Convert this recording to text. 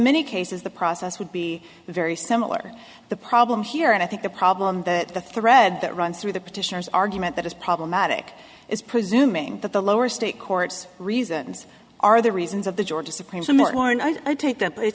many cases the process would be very similar the problem here and i think the problem that the thread that runs through the petitioners argument that is problematic is presuming that the lower state courts reasons are the reasons of the georgia supreme so more and i take th